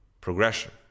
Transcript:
progression